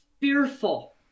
fearful